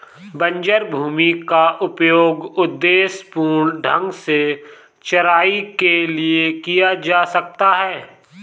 बंजर भूमि का उपयोग उद्देश्यपूर्ण ढंग से चराई के लिए किया जा सकता है